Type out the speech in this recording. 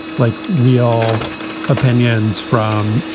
like real opinions from,